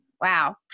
wow